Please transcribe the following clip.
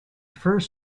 first